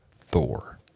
Thor